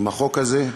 עם החוק הזה,